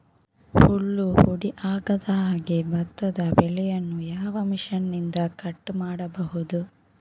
ಹುಲ್ಲು ಹುಡಿ ಆಗದಹಾಗೆ ಭತ್ತದ ಬೆಳೆಯನ್ನು ಯಾವ ಮಿಷನ್ನಿಂದ ಕಟ್ ಮಾಡಬಹುದು?